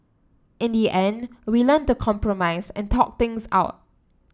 in the end we learnt to compromise and talk things out